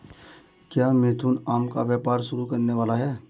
क्या मिथुन आम का व्यापार शुरू करने वाला है?